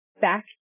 back